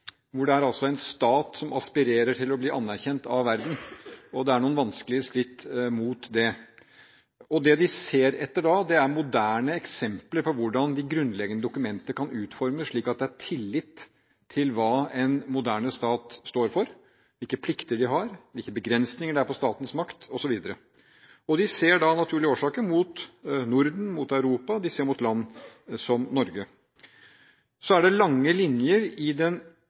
det gjenstår noen vanskelige skritt mot det, at det de ser etter da, er moderne eksempler på hvordan de grunnleggende dokumentene kan utformes, slik at det er tillit til hva en moderne stat står for – hvilke plikter de har, hvilke begrensninger det er for statens makt, osv. De ser da av naturlige årsaker mot Norden, mot Europa. De ser mot land som Norge. Det er lange linjer i